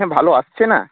হ্যাঁ ভালো আসছে না